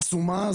עצומה.